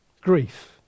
grief